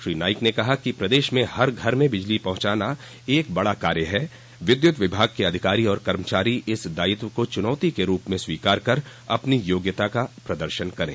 श्री नाईक ने कहा कि प्रदेश में हर घर में बिजली पहुॅचाना एक बड़ा काम है विद्युत विभाग के अधिकारी और कर्मचारी इस दायित्व को चुनौती के रूप में स्वीकार कर अपनी योग्यता का प्रदर्शन करें